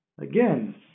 Again